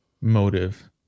motive